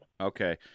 Okay